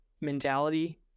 mentality